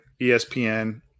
ESPN